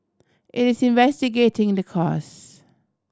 it is investigating the cause